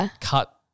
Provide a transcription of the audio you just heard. cut